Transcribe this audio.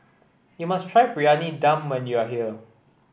you must try Briyani Dum when you are here